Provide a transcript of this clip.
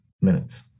minutes